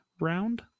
round